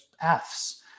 Fs